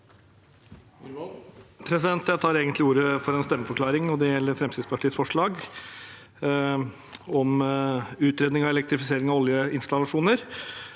Egentlig tok jeg ordet for å gi en stemmeforklaring, og det gjelder Fremskrittspartiets forslag om utredning av elektrifisering av oljeinstallasjoner.